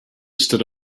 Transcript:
stood